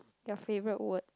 your favourite word